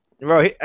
Bro